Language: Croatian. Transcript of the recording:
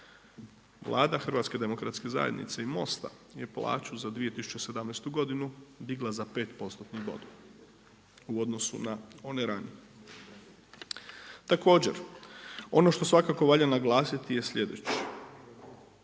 Vlada Hrvatske demokratske zajednice i MOST-a je plaću za 2017. godinu digla za 5%-tnih bodova u odnosu na one ranije. Također ono što svakako valja naglasiti je sljedeće,